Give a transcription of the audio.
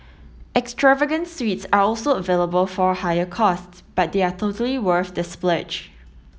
extravagant suites are also available for a higher cost but they are totally worth the splurge